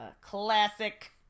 Classic